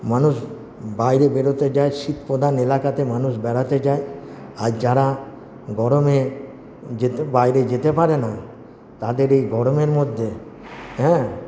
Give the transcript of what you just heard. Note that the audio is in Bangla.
মানুষ বাইরে বেড়াতে যায় শীতপ্রধান এলাকাতে মানুষ বেড়াতে যায় আর যারা গরমে বাইরে যেতে পারে না তাদের এই গরমের মধ্যে হ্যাঁ